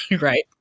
Right